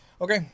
Okay